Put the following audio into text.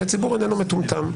כי הציבור איננו מטומטם,